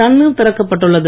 தண்ணீர் திறக்கப்பட்டுள்ளது